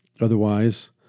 Otherwise